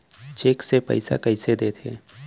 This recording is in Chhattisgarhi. चेक से पइसा कइसे देथे?